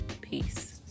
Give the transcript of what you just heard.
Peace